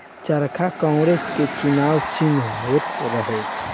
चरखा कांग्रेस के चुनाव चिन्ह होत रहे